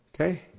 Okay